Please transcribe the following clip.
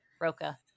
roca